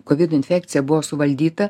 kovid infekcija buvo suvaldyta